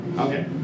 okay